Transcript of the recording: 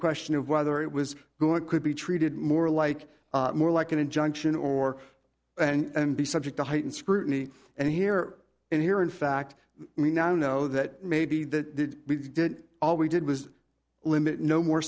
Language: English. question of whether it was going could be treated more like more like an injunction or and be subject to heightened scrutiny and here and here in fact we now know that maybe that we did all we did was limited no more